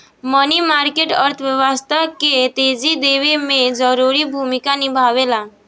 मनी market अर्थव्यवस्था के तेजी देवे में जरूरी भूमिका निभावेला